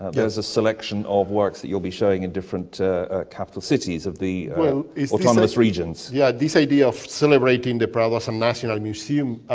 there's a selection of works that you'll be showing in different capital cities of the autonomous regions. yeah, this idea of celebrating the prado as a um national museum,